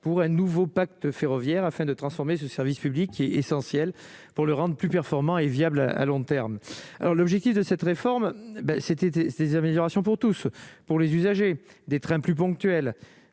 pour un nouveau pacte ferroviaire afin de transformer ce service public qui est essentiel pour le rendre plus performant et viable à long terme, alors l'objectif de cette réforme ben c'était ces améliorations pour tous pour les usagers des trains plus ponctuels,